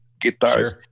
guitars